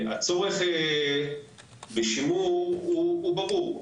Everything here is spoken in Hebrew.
הצורך בשימור הוא ברור,